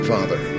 Father